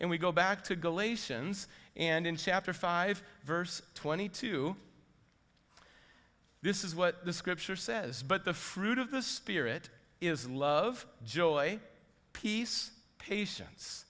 and we go back to goal a sions and in chapter five verse twenty two this is what the scripture says but the fruit of the spirit is love joy peace patience